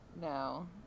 no